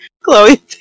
Chloe